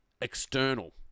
external